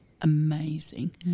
amazing